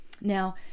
Now